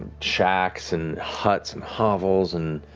shacks and huts and hovels. and